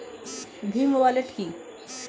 Bhim wallet কি?